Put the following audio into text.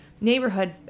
neighborhood